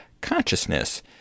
consciousness